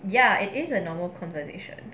ya it is a normal conversation